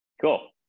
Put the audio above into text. Cool